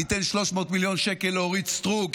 ניתן 300 מיליון שקל לאורית סטרוק,